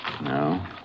No